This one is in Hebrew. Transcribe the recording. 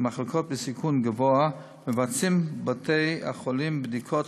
למחלקות בסיכון גבוה מבצעים בתי-החולים בדיקות